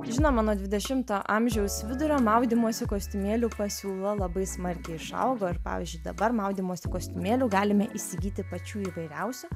žinoma nuo dvidešimo amžiaus vidurio maudymosi kostiumėlių pasiūla labai smarkiai išaugo ir pavyzdžiui dabar maudymosi kostiumėlių galime įsigyti pačių įvairiausių